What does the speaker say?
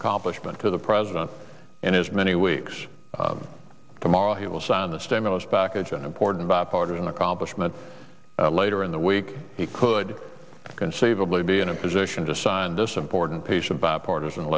accomplishment to the president in his many weeks tomorrow he will sign the stimulus package an important bipartisan accomplishment later in the week he could conceivably be in a position to sign this important piece of bipartisan